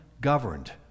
governed